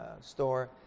store